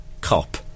cop